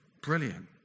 Brilliant